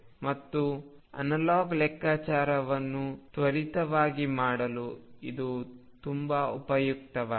ಮತ್ತು ಅನಲಾಗ್ ಲೆಕ್ಕಾಚಾರಗಳನ್ನು ತ್ವರಿತವಾಗಿ ಮಾಡಲು ಇದು ತುಂಬಾ ಉಪಯುಕ್ತವಾಗಿದೆ